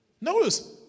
Notice